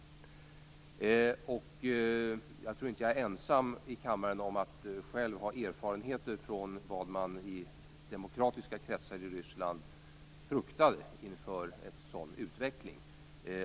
Jag tror inte att jag är ensam i kammaren om att ha egna erfarenheter av vad man i demokratiska kretsar i Ryssland fruktar inför en sådan utveckling.